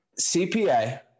CPA